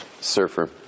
surfer